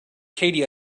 katie